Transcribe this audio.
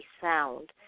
sound